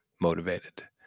motivated